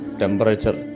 temperature